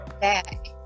back